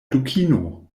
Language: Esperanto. dukino